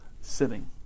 sitting